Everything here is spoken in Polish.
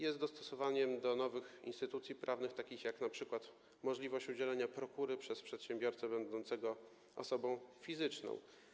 Chodzi o dostosowanie do nowych instytucji prawnych, takich jak np. możliwość udzielania prokury przez przedsiębiorcę będącego osobą fizyczną.